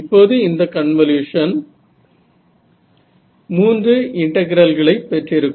இப்போது இந்த கன்வலுயுஷன் 3 இன்டெகிரெல்களை பெற்றிருக்கும்